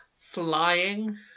Flying